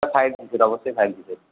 five G সেটা অবশ্যই five G set